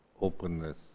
openness